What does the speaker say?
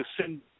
send